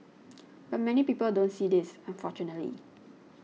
but many people don't see this unfortunately